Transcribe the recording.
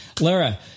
Lara